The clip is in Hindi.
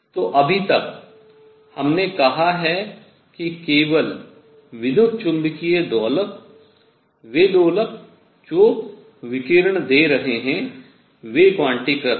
तो अभी तक हमने कहा है कि केवल विद्युत् चुंबकीय दोलक वे दोलक जो विकिरण दे रहे हैं वे क्वांटीकृत हैं